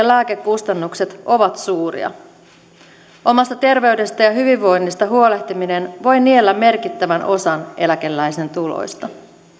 lääkekustannukset ovat suuria omasta terveydestä ja hyvinvoinnista huolehtiminen voi niellä merkittävän osan eläkeläisten tuloista